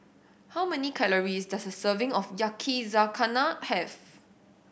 how many calories does a serving of Yakizakana have